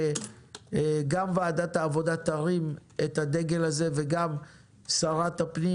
שגם ועדת העבודה תרים את הדגל הזה וגם שרת הפנים.